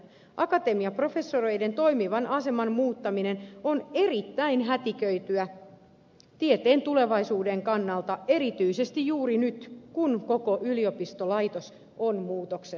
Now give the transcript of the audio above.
akatemiaprofessoreiden toimivan aseman muuttaminen on erittäin hätiköityä tieteen tulevaisuuden kannalta erityisesti juuri nyt kun koko yliopistolaitos on muutoksessa